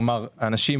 זה נכון